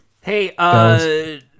Hey